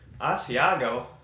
Asiago